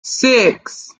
six